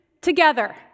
together